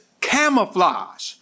camouflage